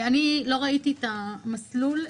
לא ראיתי את המסלול,